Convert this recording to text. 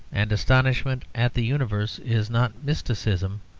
and astonishment at the universe is not mysticism,